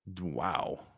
Wow